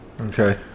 Okay